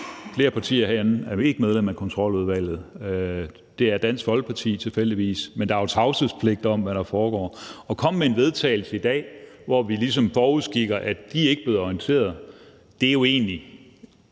Flere partier herinde er ikke medlem af Kontroludvalget, men det er Dansk Folkeparti tilfældigvis, men der er jo tavshedspligt om, hvad der foregår. At komme med et forslag til vedtagelse i dag, hvor vi ligesom forudskikker, at de ikke er blevet orienteret, er jo egentlig